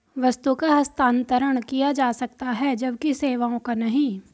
वस्तु का हस्तांतरण किया जा सकता है जबकि सेवाओं का नहीं